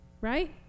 Right